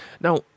Now